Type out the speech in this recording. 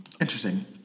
interesting